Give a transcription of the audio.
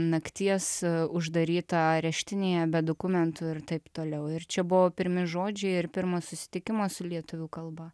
nakties uždaryta areštinėje be dokumentų ir taip toliau ir čia buvo pirmi žodžiai ir pirmas susitikimas su lietuvių kalba